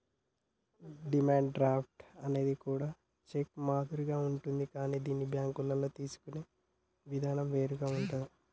demand draft అనేది కూడా cheque మాదిరిగానే ఉంటాది కానీ దీన్ని బ్యేంకుల్లో తీసుకునే ఇదానం వేరుగా ఉంటాది